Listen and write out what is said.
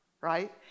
right